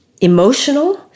emotional